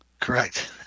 Correct